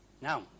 Now